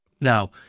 Now